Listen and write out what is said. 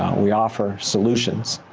we offer solutions.